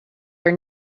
are